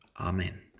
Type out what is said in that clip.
Amen